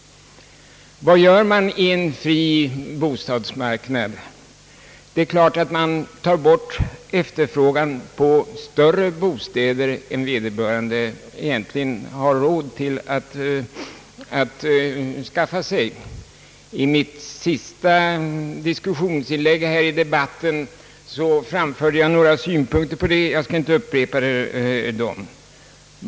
Vad gör man i en fri bostadsmarknad? Det är klart att man tar bort efterfrågan på större bostäder än vederbörande egentligen har råd att skaffa sig. I mitt senaste diskussionsinlägg i debatten framförde jag några synpunkter på detta. Jag skall inte upprepa dem.